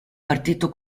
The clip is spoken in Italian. partito